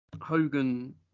Hogan